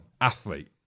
Athlete